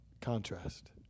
contrast